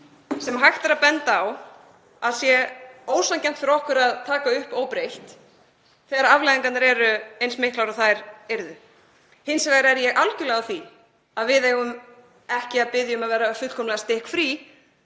sem hægt er að benda á að sé ósanngjarnt fyrir okkur að taka upp óbreytt þegar afleiðingarnar eru eins miklar og þær yrðu. Hins vegar er ég algerlega á því að við eigum ekki að biðja um að vera fullkomlega stikkfrí,